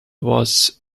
was